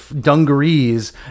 dungarees